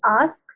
ask